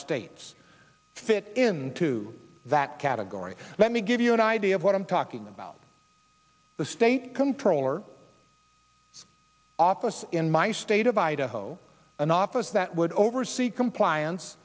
states fit into that category let me give you an idea of what i'm talking about the state controller office in my state of idaho an office that would oversee compliance